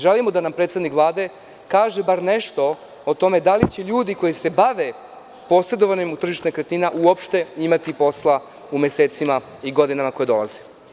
Želimo da nam predsednik Vlade kaže bar nešto o tome da li će ljudi koji se bave posredovanjem u tržištu nekretnina uopšte imati posla u mesecima i godinama koje dolaze.